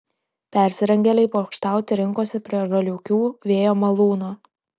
persirengėliai pokštauti rinkosi prie žaliūkių vėjo malūno